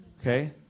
okay